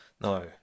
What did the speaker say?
no